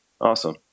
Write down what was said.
Awesome